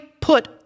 put